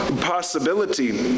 possibility